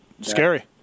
Scary